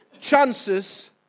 Chances